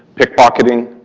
pick pocketing,